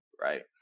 right